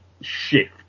shift